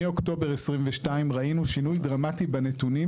מאוקטובר 2022 ראינו שינוי דרמטי בנתונים